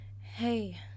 Hey